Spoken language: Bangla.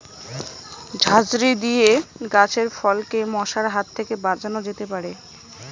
ঝাঁঝরি দিয়ে গাছের ফলকে মশার হাত থেকে বাঁচানো যেতে পারে?